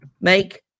make